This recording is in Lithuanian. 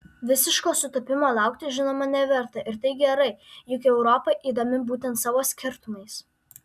visiško sutapimo laukti žinoma neverta ir tai gerai juk europa įdomi būtent savo skirtumais